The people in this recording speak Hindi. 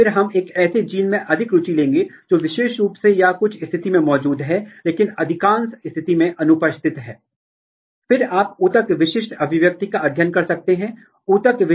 उदाहरण के लिए यदि आप यहां देखते हैं कि विशेष मेटाबोलिक पथ को जीन से जोड़ने के लिए एक वैश्विक सह अभिव्यक्ति नेटवर्क दृष्टिकोण किया गया है